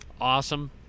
awesome